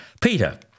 Peter